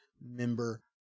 member